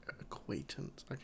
Acquaintance